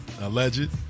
Alleged